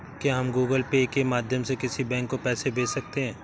क्या हम Google Pay के माध्यम से किसी बैंक को पैसे भेज सकते हैं?